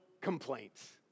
complaints